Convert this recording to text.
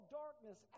darkness